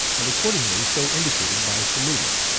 and accordingly so indicated by saluting.